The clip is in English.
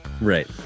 Right